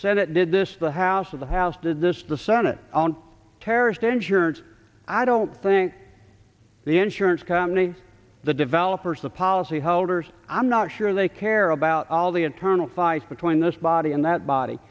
senate did this the house of the house did this the senate on terror is dangerous i don't think the insurance company the developers the policyholders i'm not sure they care about all the internal fights between this body and that body